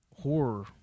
horror